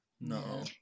No